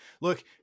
Look